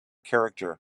character